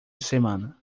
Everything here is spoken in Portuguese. semana